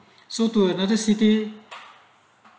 so to another city